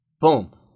Boom